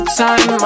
time